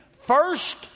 first